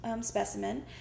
specimen